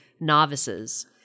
novices